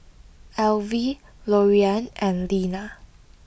Alvy Loriann and Lena